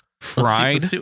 fried